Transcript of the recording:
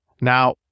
Now